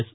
yes